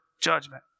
judgment